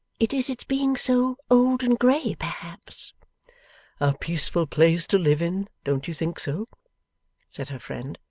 it is its being so old and grey perhaps a peaceful place to live in, don't you think so said her friend.